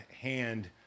hand